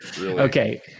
Okay